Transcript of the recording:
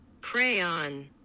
Crayon